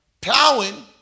plowing